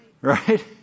Right